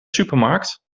supermarkt